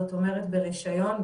זאת אומרת ברישיון,